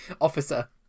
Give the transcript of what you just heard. Officer